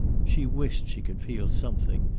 she wished she could feel something,